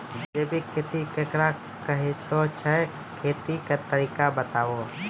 जैबिक खेती केकरा कहैत छै, खेतीक तरीका बताऊ?